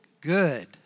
good